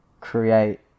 create